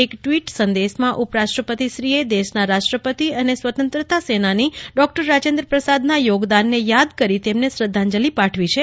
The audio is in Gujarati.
એક ટ્રિવેટ સંદેશામાં ઉપરાષ્ટ્રપતિ શ્રીએ દેશના રાષ્ટ્રપતિ અને સ્વત્રતતાસેનાની ડોક્ટર રાજેન્દ્ર પ્રસાદના યોગદાનને યાદ કરી તેમને શ્રદ્ધાંજલિ પાઠવી છે